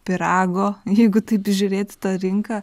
pyrago jeigu taip žiūrėti tą rinką